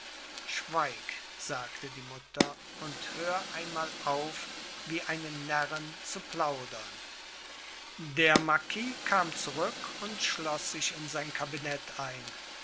schweig sagte die mutter und hör einmal auf wie eine närrin zu plaudern der marquis kam zurück und schloß sich in sein kabinett ein